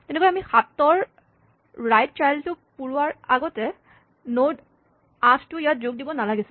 তেনেকৈয়ে আমি ৭ ৰ ৰাইট চাইল্ড টো পুৰোৱাৰ আগতে নড ৮ টো ইয়াত যোগ দিব নালাগিছিল